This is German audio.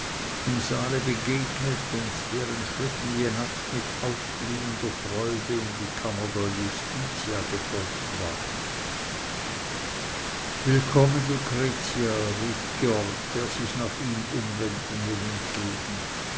im saale begegnet und deren schritten jenatsch mit aufglühender freude in die kammer der justitia gefolgt war willkommen lucretia rief georg der sich nach ihm umwendenden entgegen